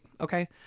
Okay